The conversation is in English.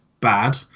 bad